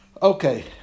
Okay